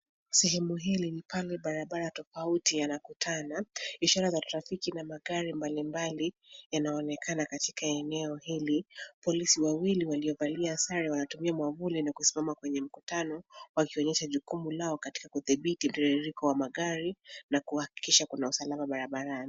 Sehemu hili ni pale barabara tofauti yanayokutana. Ishara za trafiki na magari mbali mbali yanaoneka katika eneo hili. Polisi wawili walio valia sare wanatumia mwavuli na kusimama kwenye mkutano wakionyesha jukumu lao katika kudhibiti mtiririko wa magari na kuhakikisha kuna usalama barabarani.